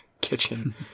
kitchen